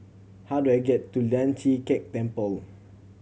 how do I get to Lian Chee Kek Temple